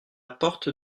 porte